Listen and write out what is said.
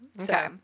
Okay